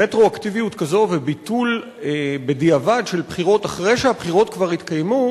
רטרואקטיביות כזאת וביטול בדיעבד של בחירות אחרי שהבחירות כבר התקיימו,